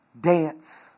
dance